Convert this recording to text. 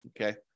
okay